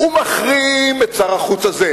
מחרים את שר החוץ הזה,